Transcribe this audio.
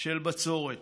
של בצורת